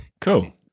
Cool